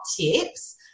tips